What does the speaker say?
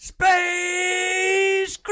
Space